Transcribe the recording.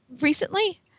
recently